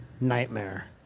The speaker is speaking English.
nightmare